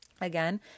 again